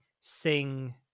sing